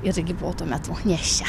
irgi buvau tuo metu nėščia